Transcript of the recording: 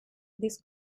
this